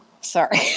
sorry